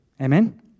Amen